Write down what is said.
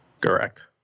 Correct